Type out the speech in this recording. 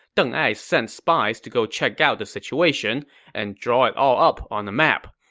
deng ai sent spies to go check out the situation and draw it all up on a map.